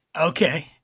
Okay